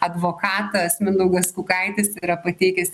advokatas mindaugas kukaitis yra pateikęs